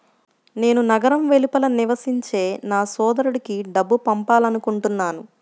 నేను నగరం వెలుపల నివసించే నా సోదరుడికి డబ్బు పంపాలనుకుంటున్నాను